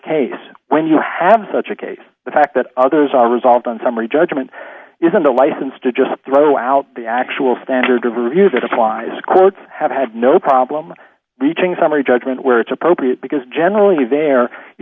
case when you have such a case the fact that others are resolved on summary judgment isn't a license to just throw out the actual standard of review that applies courts have had no problem reaching a summary judgment where it's appropriate because generally there you